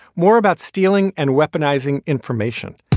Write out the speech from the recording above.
more about stealing and weaponizing information